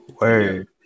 word